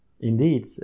Indeed